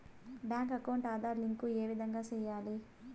Bank account Aadhaar link ఏ విధంగా సెయ్యాలి?